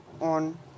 on